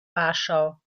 warschau